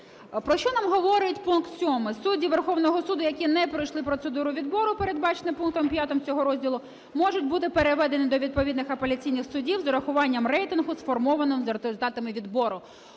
Про що нам говорить пункт 7: "Судді Верховного Суду, які не пройшли процедуру відбору передбачену пунктом 5 цього розділу, можуть бути переведені до відповідних апеляційний судів з врахуванням рейтингу, сформованого за результатами відбору".